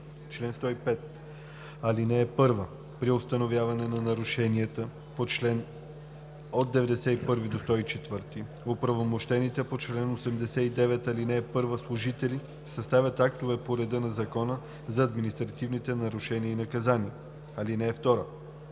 „Чл. 105. (1) При установяване на нарушенията по чл. 91 – 104 оправомощените по чл. 89, ал. 1 служители съставят актове по реда на Закона за административните нарушения и наказания. (2)